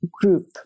group